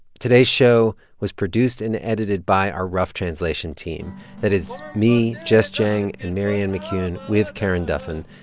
today's show was produced and edited by our rough translation team that is me, jess jiang and marianne mccune with karen duffin.